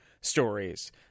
stories